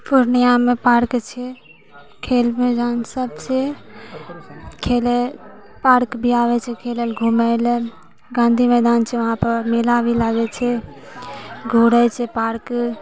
पूर्णियाँमे पार्क छै खेल मैदानसभ छै खेलय पार्क भी आबै छै खेलय घुमय लेल गाँधी मैदान छै वहाँपर मेला भी लागै छै घूरै छै पार्क